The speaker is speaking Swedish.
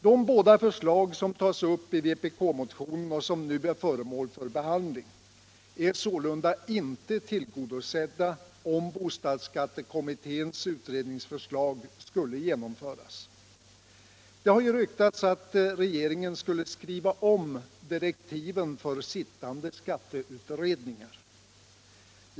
De båda krav som förs fram i vpk-motionen och som nu är föremål för behandling blir således inte tillgodosedda om bostadsskattekommitténs utredningsförslag skulle genomföras. Det har ju ryktats att regeringen skulle skriva om direktiven för sittande skatteutredningar.